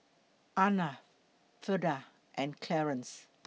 Arnav Freida and Clearence